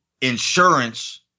insurance